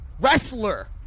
wrestler